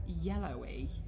yellowy